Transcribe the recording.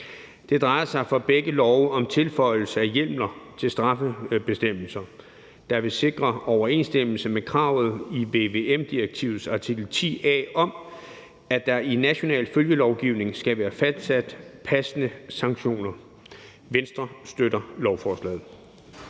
Det drejer sig for begge love om tilføjelse af hjemler til straffebestemmelser, der vil sikre overensstemmelse med kravet i vvm-direktivets artikel 10 a om, at der i national følgelovgivning skal være fastsat passende sanktioner. Venstre støtter lovforslaget.